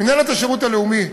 מינהלת השירות הלאומי,